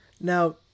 Now